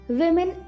women